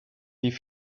die